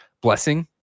Blessing